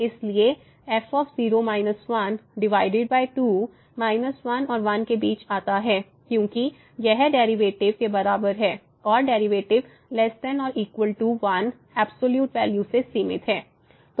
f 1 है इसलिए f 0 12 f 12 1 और 1 के बीच आता है क्योंकि यह डेरिवेटिव के बराबर है और डेरिवेटिव ≤1 एब्सॉल्यूट वैल्यू से सीमित है